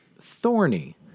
thorny